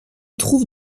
trouve